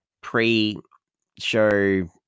pre-show